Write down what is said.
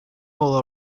will